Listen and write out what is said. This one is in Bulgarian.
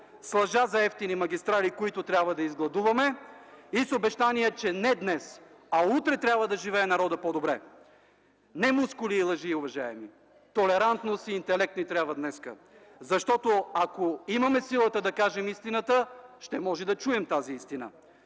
лъжа за евтини магистрали, които трябва да изгладуваме, и с обещания, че не днес, а утре народът трябва да живее по-добре. Не мускули и лъжи, уважаеми – толерантност и интелект ни трябва днес! Ако имаме силата да кажем истината, ще може да чуем тази истина!